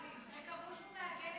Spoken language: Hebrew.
אמרו שהוא לא יעבור לפני התיבה.